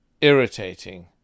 irritating